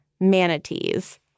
manatees